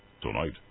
Tonight